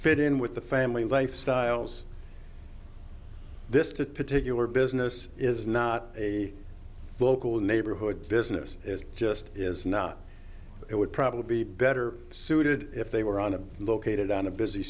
fit in with the family lifestyles this to particular business is not a local neighborhood business is just is not it would probably be better suited if they were on a located on a busy